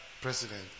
president